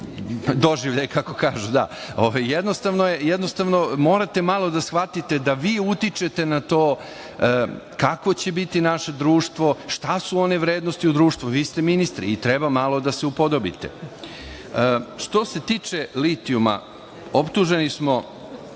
doživljaj, kako kažu. Jednostavno morate malo da shvatite da vi utičete na to kakvo će biti naše društvo, šta su one vrednosti u društvu. Vi ste ministri i treba malo da se upodobite. Što se tiče litijuma, optuženi smo,